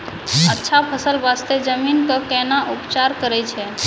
अच्छा फसल बास्ते जमीन कऽ कै ना उपचार करैय छै